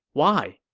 why?